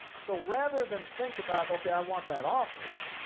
so rather than think about, okay, i want that office,